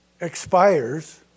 expires